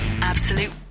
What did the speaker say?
Absolute